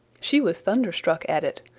she was thunderstruck at it,